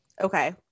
Okay